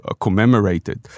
commemorated